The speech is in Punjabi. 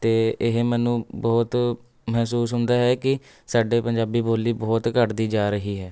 ਅਤੇ ਇਹ ਮੈਨੂੰ ਬਹੁਤ ਮਹਿਸੂਸ ਹੁੰਦਾ ਹੈ ਕਿ ਸਾਡੇ ਪੰਜਾਬੀ ਬੋਲੀ ਬਹੁਤ ਘੱਟਦੀ ਜਾ ਰਹੀ ਹੈ